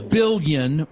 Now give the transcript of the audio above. billion